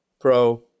Pro